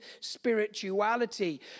spirituality